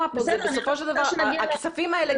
בסופו של דבר הכספים האלה,